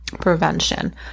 prevention